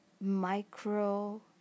micro